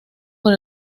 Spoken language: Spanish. por